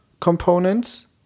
components